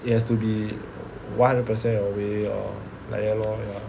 it has to be one hundred percent your way or like that lor ya